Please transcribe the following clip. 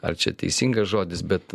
ar čia teisingas žodis bet